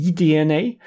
eDNA